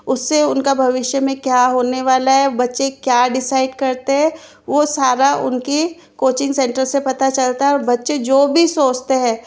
उससे उन का भविष्य में क्या होने वाला है बच्चे क्या डिसाइड करते हैं वो सारा उनकी कोचिंग सैंटर से पता चलता है और बच्चे जो भी सोचते हैं